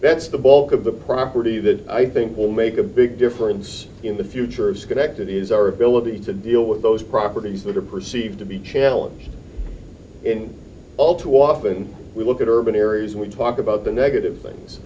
that's the bulk of the property that i think will make a big difference in the future it's connected is our ability to deal with those properties that are perceived to be challenge in all too often we look at urban areas and we talk about the negative things